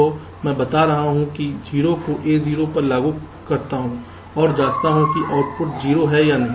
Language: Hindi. तो मैं बता रहा हूं कि मैं 0 को A0 पर लागू करता हूं और जांचता हूं कि आउटपुट 0 है या नहीं